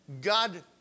God